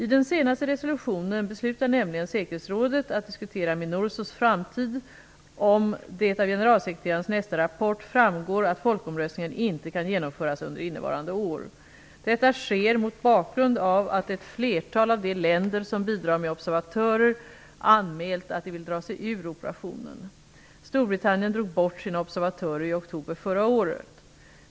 I den senaste resolutionen beslutar nämligen säkerhetsrådet att diskutera Minursos framtid om det av generalsekreterarens nästa rapport framgår att folkomröstningen inte kan genomföras under innevarande år. Detta sker mot bakgrund av att ett flertal av de länder som bidrar med observatörer anmält att de vill dra sig ur operationen. Storbritannien drog bort sina observatörer i oktober förra året.